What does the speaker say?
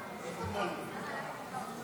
אני מציעה